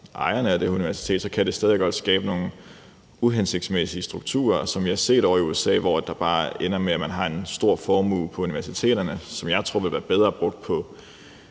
ejeren af universitetet, kan det stadig væk godt skabe nogle uhensigtsmæssige strukturer, som vi har set ovre i USA, hvor det bare ender med, at man har en stor formue på universiteterne, som jeg tror ville være bedre brugt på